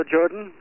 Jordan